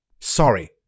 Sorry